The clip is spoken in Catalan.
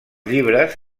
llibres